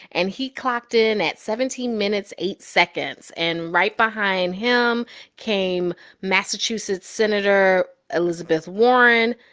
and he clocked in at seventeen minutes, eight seconds. and right behind him came massachusetts senator elizabeth warren,